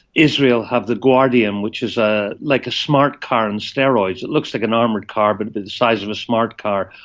israel have the guardium, which is ah like a smart car on steroids. it looks like an armoured car but the the size of a smart car,